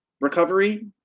recovery